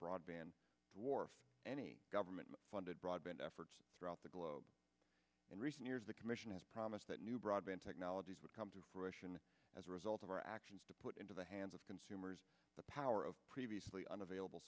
broadband dwarfs any government funded broadband effort throughout the globe in recent years the commission has promised that new broadband technologies would come to fruition as a result of our actions to put into the hands of consumers the power of previously unavailable